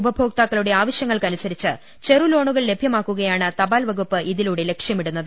ഉപഭോക്താക്കളുടെ ആവശ്യങ്ങൾക്കനുസരിച്ച് ചെറു ലോണുകൾ ലഭ്യമാക്കുകയാണ് തിപ്പാൽ വകുപ്പ് ഇതിലൂടെ ലക്ഷ്യമിടുന്നത്